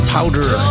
Powder